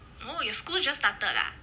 oh your school just started ah